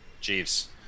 Jeeves